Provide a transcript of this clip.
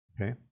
Okay